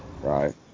right